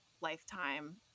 lifetime